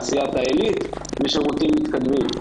תעשיית העילית ושירותים מתקדמים.